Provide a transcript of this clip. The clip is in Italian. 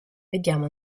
vediamo